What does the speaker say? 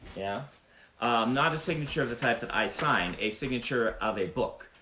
yeah not a signature of the type that i sign, a signature of a book,